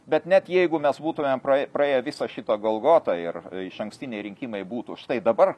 bet net jeigu mes būtumėm pra praėję viso šito golgotą ir išankstiniai rinkimai būtų štai dabar